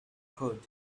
good